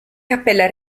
cappella